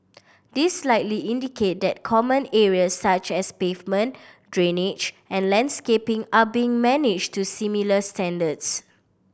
this likely indicate that common areas such as pavement drainage and landscaping are being managed to similar standards